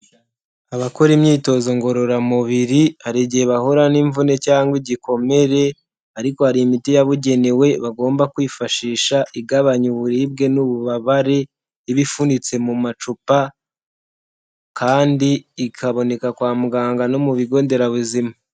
Abakora imyitozo ngororamubiri hari igihe bahura n'imvune cyangwa igikomere, ariko hari imiti yabugenewe bagomba kwifashisha igabanya uburibwe n'ububabare iba ifunitse mu macupa, kandi ikaboneka kwa muganga no mu bigo nderabuzima.